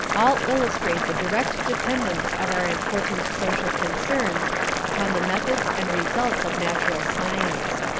all illustrate the direct dependence of our important social concerns upon the methods and results of natural science.